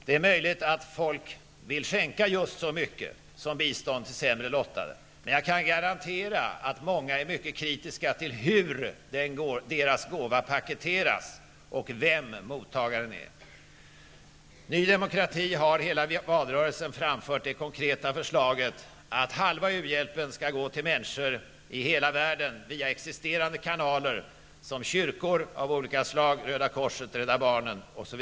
Det är möjligt att folk vill skänka just så mycket som bistånd till sämre lottade, men jag kan garantera att många är mycket kritiska till hur gåvan paketerats och till vem mottagaren är. Nydemokrati har under hela valrörelsen framfört det konkreta förslaget att halva u-hjälpen skall gå till människor i hela världen via existerande kanaler som kyrkor av olika slag, Röda korset och Rädda barnen.